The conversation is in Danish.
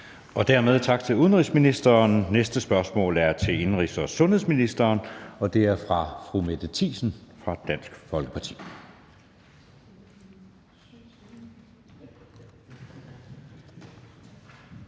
Dermed tak til udenrigsministeren. Det næste spørgsmål er til indenrigs- og sundhedsministeren, og det er fra fru Mette Thiesen fra Dansk Folkeparti.